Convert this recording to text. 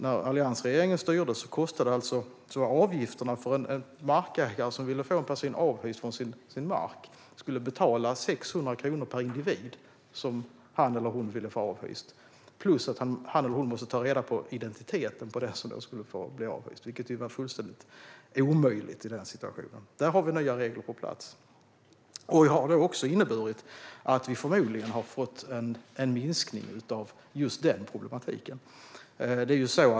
När alliansregeringen styrde var avgiften för en markägare som ville få en person avhyst från marken 600 kronor per individ. Dessutom måste markägaren ta reda på identiteten på den som skulle bli avhyst, vilket var fullständigt omöjligt. Där finns nya regler på plats. Detta har inneburit att det förmodligen har blivit en minskning av de problemen.